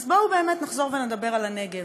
אז בואו באמת נחזור ונדבר על הנגב.